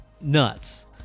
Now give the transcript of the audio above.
nuts